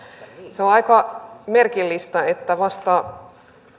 on aika merkillistä että vasta